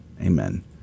Amen